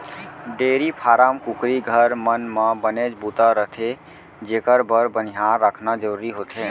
dairy farm, कुकरी घर, मन म बनेच बूता रथे जेकर बर बनिहार रखना जरूरी होथे